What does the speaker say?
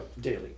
daily